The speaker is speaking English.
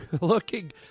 looking